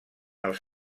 els